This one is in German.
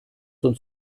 uns